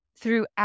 throughout